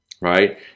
right